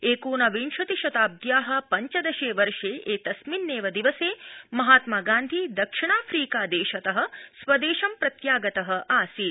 एकोनविंशति शताब्द्या पञ्चदशे वर्षे एतस्मिन्नेव दिवसे महात्मागान्धी दक्षिणाफ्रीकादेशत स्वदेशं प्रत्यागत आसीत्